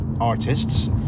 Artists